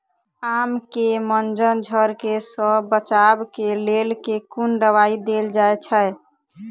आम केँ मंजर झरके सऽ बचाब केँ लेल केँ कुन दवाई देल जाएँ छैय?